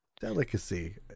Delicacy